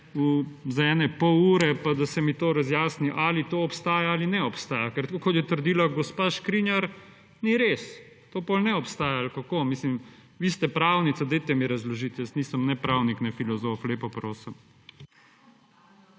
za ene pol ure, pa da se mi to razjasni ali to obstaja ali ne obstaja. Ker tako kot je trdila gospa Škrinjar, ni res. To potem ne obstaja ali kako? Mislim, vi ste pravnica, dajte mi razložiti. Jaz nisem ne pravnik ne filozof. Lepo prosim.